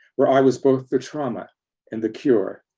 where i was both the trauma and the cure.